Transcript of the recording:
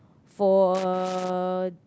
for a